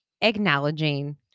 acknowledging